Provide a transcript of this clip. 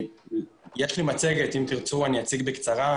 יש לי מצגת, אם תרצו אני אציג בקצרה.